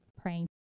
praying